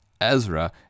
Ezra